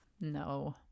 No